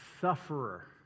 sufferer